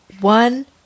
one